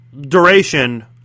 duration